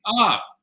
up